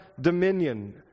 dominion